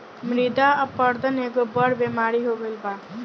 मृदा अपरदन एगो बड़ बेमारी हो गईल बा